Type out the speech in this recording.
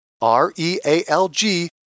R-E-A-L-G